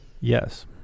Yes